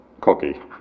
cookie